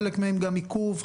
חלק מהן גם עיכוב,